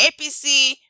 APC